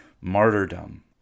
martyrdom